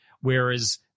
Whereas